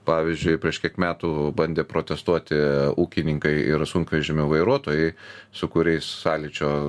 pavyzdžiui prieš kiek metų bandė protestuoti ūkininkai ir sunkvežimių vairuotojai su kuriais sąlyčio